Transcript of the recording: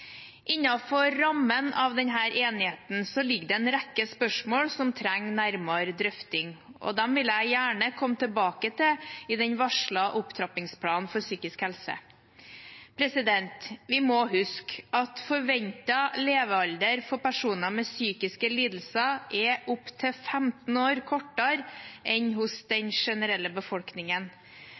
rammen av denne enigheten ligger det en rekke spørsmål som trenger nærmere drøfting, og dem vil jeg gjerne komme tilbake til i den varslede opptrappingsplanen for psykisk helse. Vi må huske at forventet levealder for personer med psykiske lidelser er opp til 15 år kortere enn hos den generelle befolkningen.